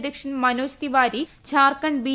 അധ്യക്ഷൻ മനോജ് തിവാരി ജാർഖണ്ഡ് ബി